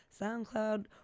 SoundCloud